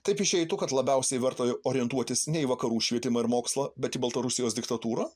taip išeitų kad labiausiai verta orientuotis ne į vakarų švietimą ir mokslą bet į baltarusijos diktatūrą